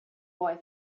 boy